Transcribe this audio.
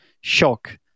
shock